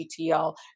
GTL